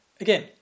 again